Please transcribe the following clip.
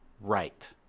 right